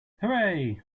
hooray